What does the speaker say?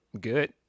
good